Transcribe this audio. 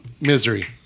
Misery